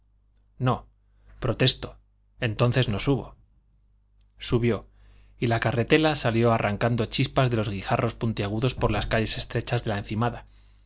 no protesto entonces no subo subió y la carretela salió arrancando chispas de los guijarros puntiagudos por las calles estrechas de la encimada